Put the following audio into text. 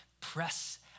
press